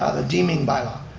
the deeming bylaw.